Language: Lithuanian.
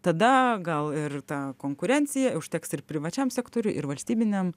tada gal ir ta konkurencija užteks ir privačiam sektoriui ir valstybiniam